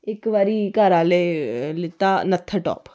इक बारी मिगी घर आह्लें लैता नथाटॉप